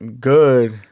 good